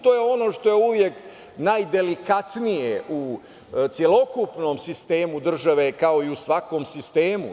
To je ono što je uvek najdelikatnije u celokupnom sistemu države, kao i u svakom sistemu.